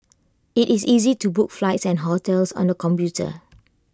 IT is easy to book flights and hotels on the computer